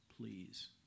please